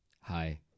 Hi